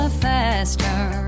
faster